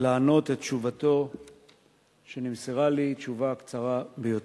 לתת את תשובתו שנמסרה לי, תשובה קצרה ביותר: